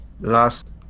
last